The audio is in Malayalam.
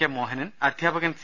കെ മോഹനൻ അധ്യാപകൻ സി